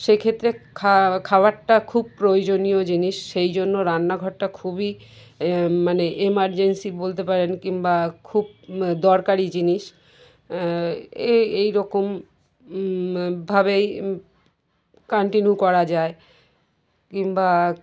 সে ক্ষেত্রে খা খাবারটা খুব প্রয়োজনীয় জিনিস সেই জন্য রান্নাঘরটা খুবই মানে এমার্জেন্সি বলতে পারেন কিংবা খুব দরকারি জিনিস এই এই রকম ভাবেই কন্টিনিউ করা যায় কিংবা